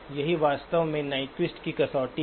यही वास्तव में नाइक्वेस्ट की कसौटी है